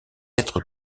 être